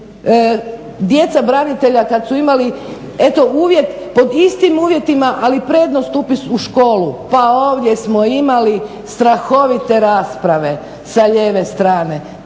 Djeca branitelja kad su imali eto uvjet pod istim uvjetima ali prednost upis u školu pa ovdje smo imali strahovite rasprave sa lijeve strane.